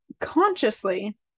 consciously